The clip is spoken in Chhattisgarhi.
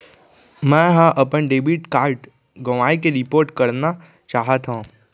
मै हा अपन डेबिट कार्ड गवाएं के रिपोर्ट करना चाहत हव